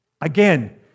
Again